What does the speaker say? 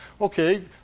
Okay